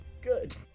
Good